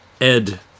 Ed